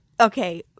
okay